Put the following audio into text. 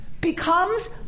becomes